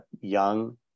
young